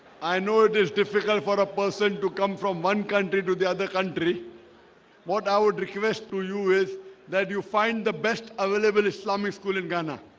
i know it is difficult for a person to come from one country to the other country what i would request to you is that you find the best available islamic school in ghana